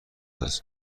است